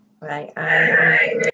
Right